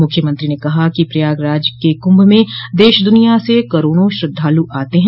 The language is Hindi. मुख्यमंत्री ने कहा कि प्रयागराज के कुंभ में देश दुनिया से करोड़ों श्रद्वालु आते हैं